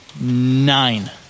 nine